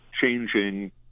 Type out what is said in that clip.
changing